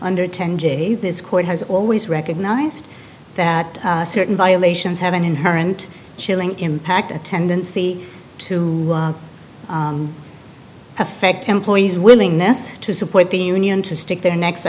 under ten j this court has always recognized that certain violations have an inherent chilling impact a tendency to affect employees willingness to support the union to stick their necks